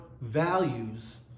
values